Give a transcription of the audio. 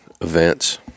events